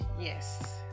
yes